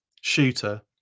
Shooter